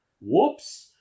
Whoops